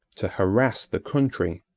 to harass the country,